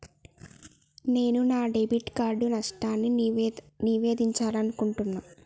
నేను నా debit card నష్టాన్ని నివేదించాలనుకుంటున్నా